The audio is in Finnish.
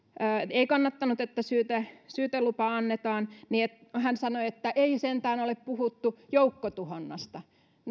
ei kannattanut että syytelupa annetaan että ei sentään ole puhuttu joukkotuhonnasta